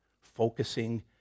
focusing